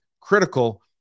critical